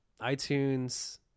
iTunes